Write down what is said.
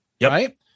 Right